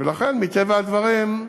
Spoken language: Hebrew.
ולכן, מטבע הדברים,